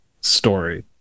story